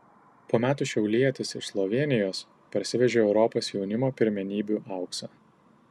po metų šiaulietis iš slovėnijos parsivežė europos jaunimo pirmenybių auksą